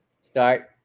start